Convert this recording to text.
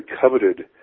coveted